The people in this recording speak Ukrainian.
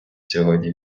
сьогодні